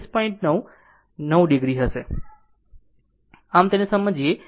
23 α બરાબર છે તો તે 40